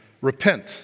Repent